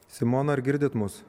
simona ar girdit mus